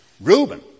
Reuben